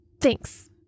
Thanks